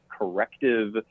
corrective